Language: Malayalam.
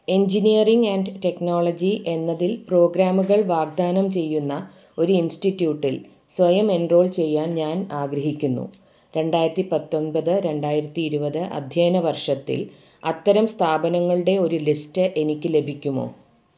എഞ്ചിനീയറിംഗ് ആൻഡ് ടെക്നോളജി എന്നതിൽ പ്രോഗ്രാമുകൾ വാഗ്ദാനം ചെയ്യുന്ന ഒരു ഇൻസ്റ്റിറ്റ്യൂട്ടിൽ സ്വയം എൻറോൾ ചെയ്യാൻ ഞാൻ ആഗ്രഹിക്കുന്നു രണ്ടായിരത്തി പത്തൊൻപത് രണ്ടായിരത്തി ഇരുപത് അധ്യാന വർഷത്തിൽ അത്തരം സ്ഥാപനങ്ങളുടെ ഒരു ലിസ്റ്റ് എനിക്ക് ലഭിക്കുമോ